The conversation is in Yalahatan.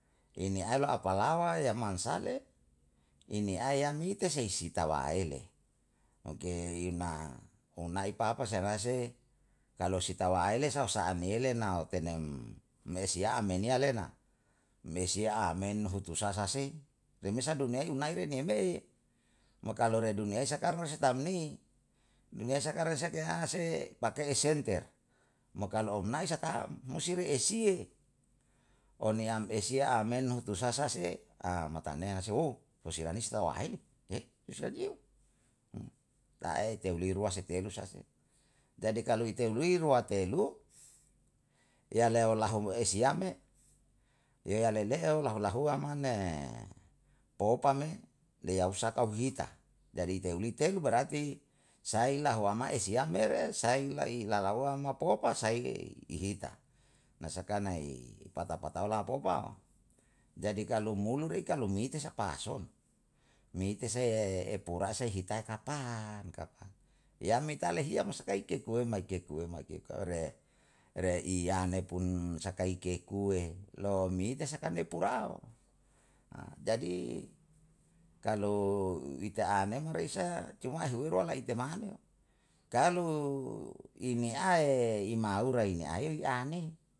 Ini alo apalawa yamman salle? Ini ae yam lite sei si tawaeile? Angke ina honai papa sela sei. Kalo si tawa ai le sau sa'a niyele na ote nem mesia me niya le na. mesiya'a men hutu sasa sei? Remesa duniyai unai wene me, mo kalu deng duniyai sakarang ose tam ni, duniyai sakarang sake hase pake'e senter, mo kalo omnai sakam musti re'e siye, on yam esiye a men hutu sasa se, a matanea se pos yani si tawa ai, tei usla niye taei telli rua si telu sasi. Jadi kalu ite lui luwa telu, yaleo lahomo esia me, yaolele'o lau lahua mane. Paopa me leu asaka huita, jadi kalu ite uli telu berarti saila hua ma'e esiyam mere, sailai lalauwo mo popa sai i hita. Na saka nai patau patau la popa? Jadi kalu mulu rika lummitu sapa son, mite se'e purasa hitae kapan, kapan? Wam mita leihiya mo sakai ke kuomai ke kuomae ke kaure re iyane pun sakai kekue lomita sakane pura jadi, kalu ita'a nemarisa cuma ahire rua la ite manu. Kalu ineya ae i malu rei ni ale i an ne